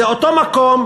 זה אותו מקום,